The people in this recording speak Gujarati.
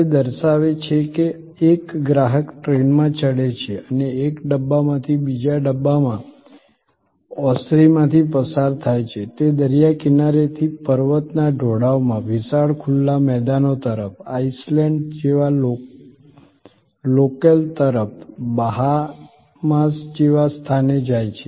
તે દર્શાવે છે કે એક ગ્રાહક ટ્રેનમાં ચઢે છે અને એક ડબ્બામાંથી બીજા ડબ્બામાં ઓસરીમાંથી પસાર થાય છે તે દરિયા કિનારેથી પર્વતના ઢોળાવમાં વિશાળ ખુલ્લા મેદાનો તરફ આઇસલેન્ડ જેવા લોકેલ તરફ બહામાસ જેવા સ્થાને જાય છે